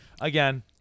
again